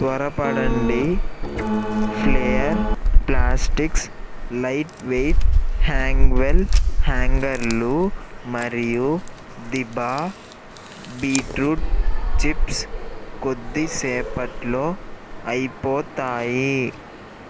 త్వరపడండి flair plastics light weight hang well హ్యాంగర్లు మరియు దిబా బీట్రూట్ చిప్స్ కొద్దిసేపట్లో అయిపోతాయి